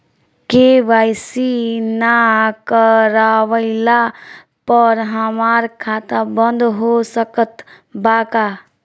KYC ना करवाइला पर हमार खाता बंद हो सकत बा का?